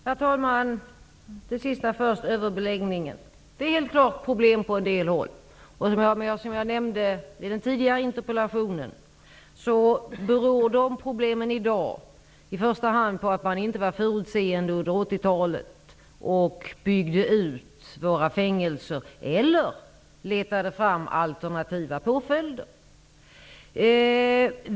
Herr talman! Det sista först, nämligen frågan om överbeläggningen. Det är helt klart ett problem på en del håll. Som jag nämnde i samband med den tidigare interpellationen beror de problemen i dag i första hand på att man inte var förutseende under 1980-talet och byggde ut våra fängelser eller letade fram alternativa påföljder.